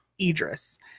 Idris